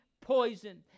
poison